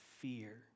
fear